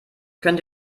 könnt